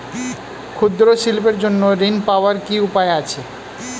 ক্ষুদ্র শিল্পের জন্য ঋণ পাওয়ার কি উপায় আছে?